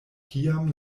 kiam